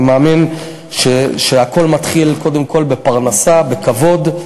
אני מאמין שהכול מתחיל קודם כול בפרנסה, בכבוד,